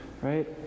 right